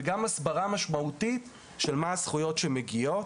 וגם הסברה משמעותית של הזכויות שמגיעות.